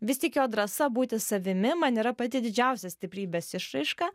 vis tik jo drąsa būti savimi man yra pati didžiausia stiprybės išraiška